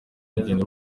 urugendo